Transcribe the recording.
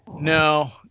No